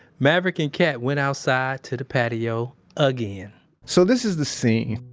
maverick and cat went outside to the patio again so, this is the scene.